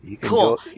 Cool